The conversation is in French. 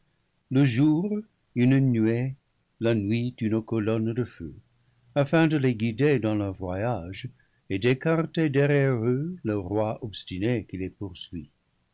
le jour une nuée la nuit une colonne de feu afin de les guider dans leur voyage et d'écarter derrière eux le roi obstiné qui les poursuit